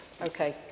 Okay